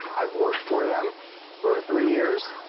i've worked for them for three years.